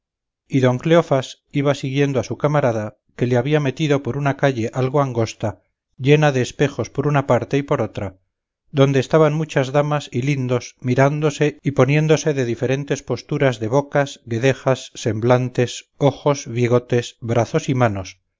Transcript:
don cleofás iba siguiendo a su camarada que le había metido por una calle algo angosta llena de espejos por una parte y por otra donde estaban muchas damas y lindos mirándose y poniéndose de diferentes posturas de bocas guedejas semblantes ojos bigotes brazos y manos